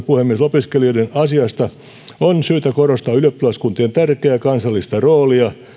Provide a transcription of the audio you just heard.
puhemies opiskelijoiden asiasta on syytä korostaa ylioppilaskuntien tärkeää kansallista roolia